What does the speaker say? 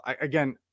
again